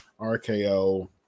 RKO